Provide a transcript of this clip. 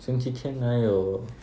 星期天哪有